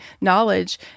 knowledge